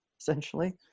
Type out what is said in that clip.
essentially